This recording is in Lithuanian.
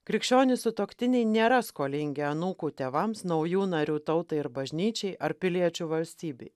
krikščionys sutuoktiniai nėra skolingi anūkų tėvams naujų narių tautai ir bažnyčiai ar piliečių valstybei